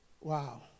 Wow